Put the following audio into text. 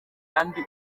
kandi